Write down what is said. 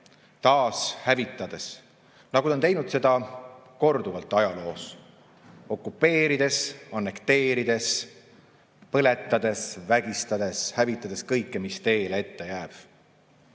taas hävitades, nagu ta on teinud seda korduvalt ajaloos – okupeerides, annekteerides, põletades, vägistades, hävitades kõike, mis teele ette jääb. Meie,